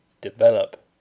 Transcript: develop